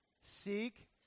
Seek